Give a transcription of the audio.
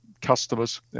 customers